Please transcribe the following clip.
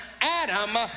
Adam